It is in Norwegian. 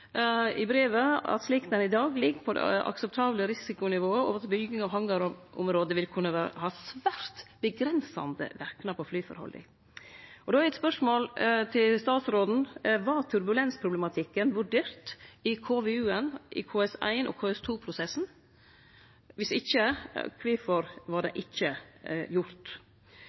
i brevet at slik det i dag ligg på det akseptable risikonivået, vil bygging av hangarområde kunne ha svært avgrensande verknad på flyforholda. Då er spørsmålet til statsråden: Var turbulensproblematikken vurdert i KVU-en i KS1- og KS2-prosessen? Viss ikkje – kvifor var det ikkje gjort?